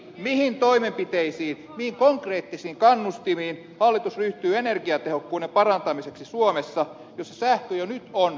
mihin toimenpiteisiin mihin konkreettisiin kannustimiin hallitus ryhtyy energiatehokkuuden parantamiseksi suomessa missä sähkö jo nyt on halvimpien joukossa euroopassa